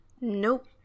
nope